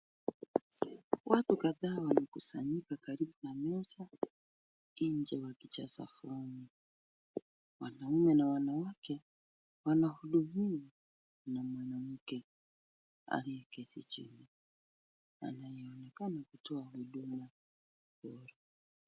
Watu kadhaa wanakusanyika karibu na meza nje wakijaza form .Wanaume na wanawake wanahudumiwa na mwanamke aliyeketi chini na anayeonekana kutoa huduma bora.